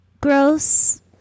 gross